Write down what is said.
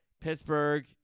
Pittsburgh